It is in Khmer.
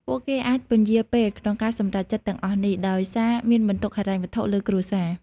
ពួកគេអាចពន្យារពេលក្នុងការសម្រេចចិត្តទាំងអស់នេះ ដោយសារមានបន្ទុកហិរញ្ញវត្ថុលើគ្រួសារ។